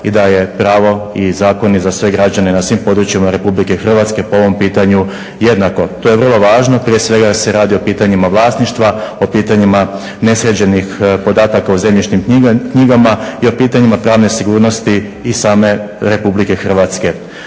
i da je pravo i zakoni za sve građane na svim područjima Republike Hrvatske po ovom pitanju jednako. To je vrlo važno prije svega jer se radi o pitanjima vlasništva, o pitanjima nesređenih podataka u zemljišnim knjigama i o pitanjima pravne sigurnosti i same Republike Hrvatske.